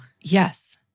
Yes